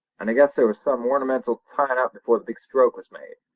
and i guess there was some ornamental tyin' up before the big stroke was made.